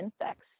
insects